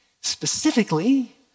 Specifically